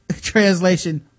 translation